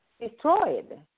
destroyed